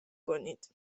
کنید